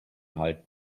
halt